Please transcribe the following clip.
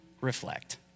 reflect